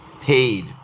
paid